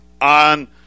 on